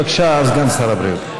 בבקשה, סגן שר הבריאות.